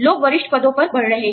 लोग वरिष्ठ पदों पर बढ़ रहे हैं